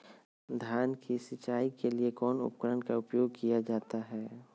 धान की सिंचाई के लिए कौन उपकरण का उपयोग किया जाता है?